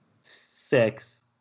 six